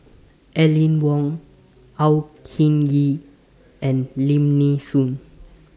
Aline Wong Au Hing Yee and Lim Nee Soon